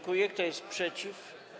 Kto jest przeciw?